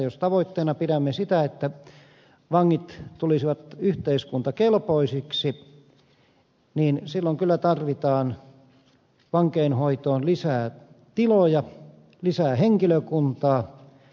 jos tavoitteena pidämme sitä että vangit tulisivat yhteiskuntakelpoisiksi niin silloin kyllä tarvitaan vankeinhoitoon lisää tiloja lisää henkilökuntaa